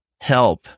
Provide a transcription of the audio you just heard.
help